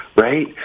Right